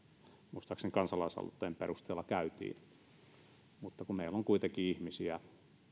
muistaakseni kansalaisaloitteen perusteella käytiin meillä on kuitenkin ihmisiä